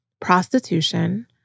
prostitution